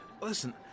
listen